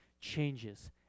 changes